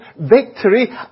victory